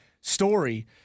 story